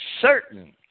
certain